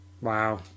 Wow